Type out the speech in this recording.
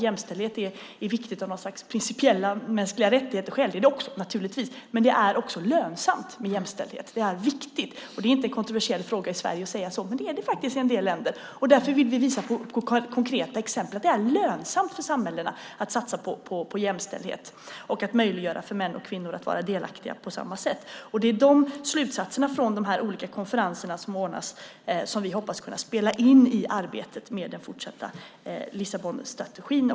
Jämställdhet är inte viktigt bara utifrån ett slags principiella mänskliga rättigheter - det är det också naturligtvis - utan också därför att det är lönsamt och viktigt med jämställdhet. Det är inte kontroversiellt i Sverige att säga så, men det är det faktiskt i en del länder. Därför vill vi med konkreta exempel visa att det är lönsamt för samhällen att satsa på jämställdhet och att möjliggöra för män och kvinnor att på samma sätt vara delaktiga. Vi hoppas att slutsatserna från de olika konferenser som anordnas spelar in i arbetet med den fortsatta Lissabonstrategin.